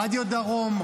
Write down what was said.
רדיו דרום,